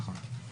נכון.